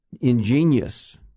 ingenious